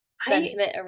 sentiment